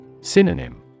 Synonym